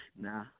Nah